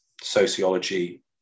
sociology